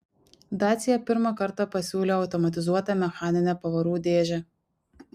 dacia pirmą kartą pasiūlė automatizuotą mechaninę pavarų dėžę